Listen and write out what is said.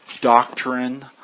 doctrine